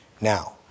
now